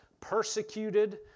Persecuted